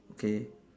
okay